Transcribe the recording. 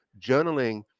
journaling